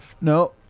no